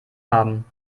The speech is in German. haben